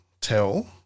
tell